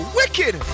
wicked